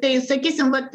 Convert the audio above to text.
tai sakysim vat